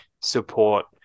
support